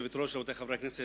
העלאתם את קצבאות